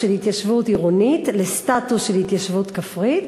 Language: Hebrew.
של התיישבות עירונית לסטטוס של התיישבות כפרית,